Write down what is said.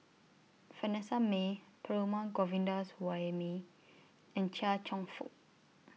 Vanessa Mae Perumal Govindaswamy and Chia Cheong Fook